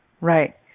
Right